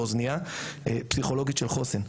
באוזנייה פסיכולוגית של חוסן.